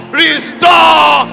restore